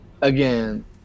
again